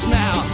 now